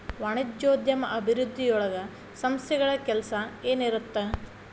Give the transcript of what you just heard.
ವಾಣಿಜ್ಯೋದ್ಯಮ ಅಭಿವೃದ್ಧಿಯೊಳಗ ಸಂಸ್ಥೆಗಳ ಕೆಲ್ಸ ಏನಿರತ್ತ